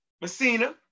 Messina